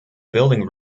building